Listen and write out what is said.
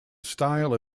style